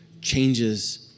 changes